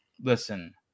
listen –